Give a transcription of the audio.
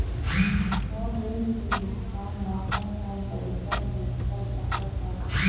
मोर ऋण के भुगतान म कोन कोन तरीका से कर सकत हव?